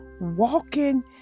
walking